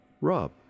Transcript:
Rob